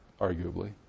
arguably